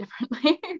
differently